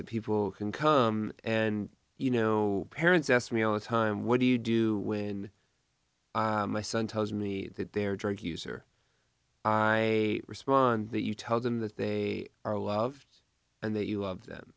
that people can come and you know parents ask me all the time what do you do when my son tells me that they're drug user i respond that you tell them that they are loved and that you love them